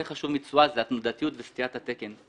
מה שיותר חשוב מתשואה זה התנודתיות וסטיית התקן.